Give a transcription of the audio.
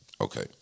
Okay